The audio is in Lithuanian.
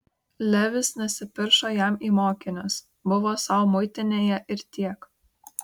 levis nesipiršo jam į mokinius buvo sau muitinėje ir tiek